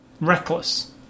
reckless